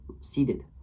seeded